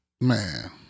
man